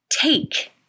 Take